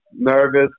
nervous